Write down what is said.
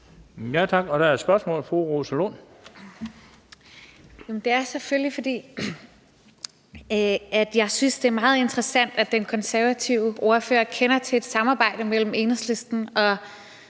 Tak. Og der er et spørgsmål. Fru Rosa Lund. Kl. 12:55 Rosa Lund (EL): Det er selvfølgelig, fordi jeg synes, det er meget interessant, at den konservative ordfører kender til et samarbejde mellem Enhedslisten og